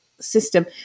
system